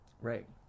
Right